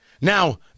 Now